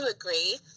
agree